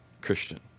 Christian